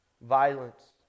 violence